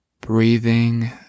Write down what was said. Breathing